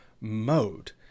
mode